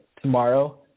tomorrow